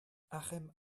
achim